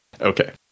Okay